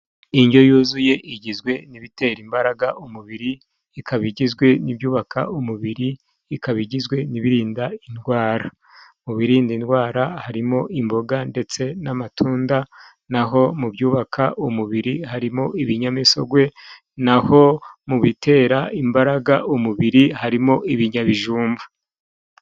Indyo yuzuye igizwe n'ibitera imbaraga umubiri ikaba igizwe n'ibyubaka umubiri ikaba igizwe n'ibirinda indwara mu birinda indwara harimo imboga ndetse n'amatunda naho mu byubaka umubiri harimo ibinyamisogwe naho mu bitera imbaraga umubiri harimo ibinyabijumba.